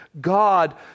God